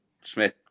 Smith